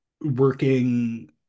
working